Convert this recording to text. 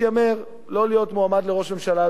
מתיימר להיות מועמד לראש הממשלה,